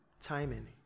timing